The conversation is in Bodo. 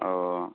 औ